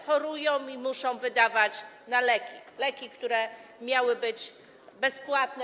Chorują i muszą wydawać na leki, które miały być bezpłatne.